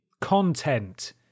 content